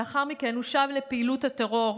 לאחר מכן הוא שב לפעילות הטרור,